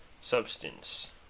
substance